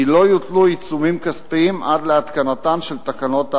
כי לא יוטלו עיצומים כספיים עד להתקנתן של תקנות ההפחתה.